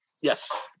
Yes